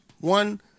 One